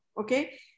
okay